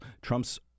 Trump's